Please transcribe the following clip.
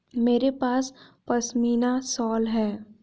मेरे पास पशमीना शॉल है